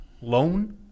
loan